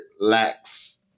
lacks